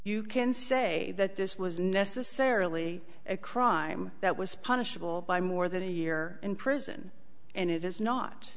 you can say that this was necessarily a crime that was punishable by more than a year in prison and it is not